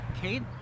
Kate